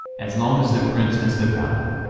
as long as the prince has the power.